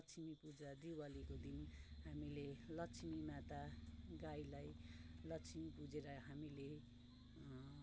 लक्ष्मी पूजा दिवालीको दिन हामी लक्ष्मीमाता गाईलाई लक्ष्मी पुजेर हामीले